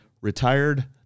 retired